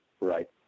Right